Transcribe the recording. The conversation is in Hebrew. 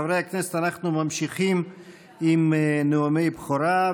חברי הכנסת, אנחנו ממשיכים עם נאומי בכורה.